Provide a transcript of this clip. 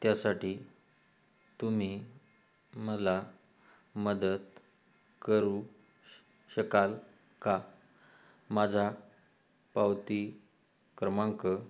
त्यासाठी तुम्ही मला मदत करू श शकाल का माझा पावती क्रमांक